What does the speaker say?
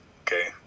okay